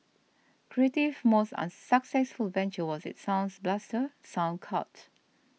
Creative's most successful venture was its Sound Blaster Sound Card